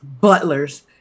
butlers